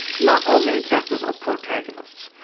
not all main characters are protagonists.